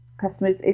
customers